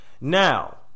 Now